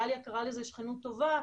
דליה קראה לזה 'שכנות טובה',